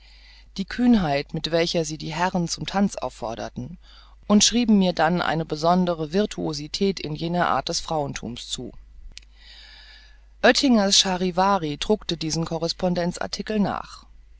die kühnheit mit welcher sie die herren zum tanz aufforderten und schrieben mir dann eine besondere virtuosität in dieser art des frauenthums zu öttingers charivari druckte diesen correspondenz artikel nach